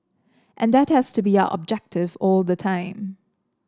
and that has to be our objective all the time